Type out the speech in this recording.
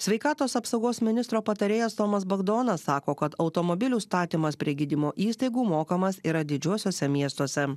sveikatos apsaugos ministro patarėjas tomas bagdonas sako kad automobilių statymas prie gydymo įstaigų mokamas yra didžiuosiuose miestuose